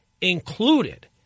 included